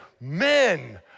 men